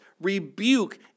rebuke